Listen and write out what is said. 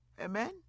Amen